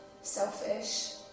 selfish